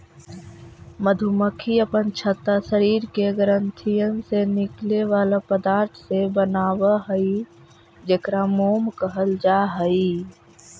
मधुमक्खी अपन छत्ता शरीर के ग्रंथियन से निकले बला पदार्थ से बनाब हई जेकरा मोम कहल जा हई